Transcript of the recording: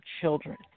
children